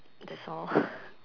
that's all